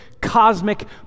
cosmic